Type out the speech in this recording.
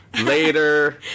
later